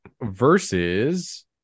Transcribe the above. versus